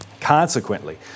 consequently